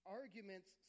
arguments